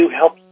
help